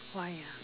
why ah